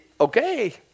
okay